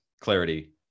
clarity